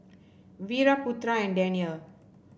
Wira Putra and Danial